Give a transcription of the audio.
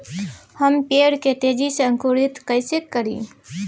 हम पेड़ के तेजी से अंकुरित कईसे करि?